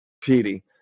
Petey